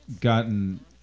gotten